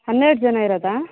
ಹನ್ನೆರಡು ಜನ ಇರೋದಾ